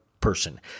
person